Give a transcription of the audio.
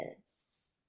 yes